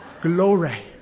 Glory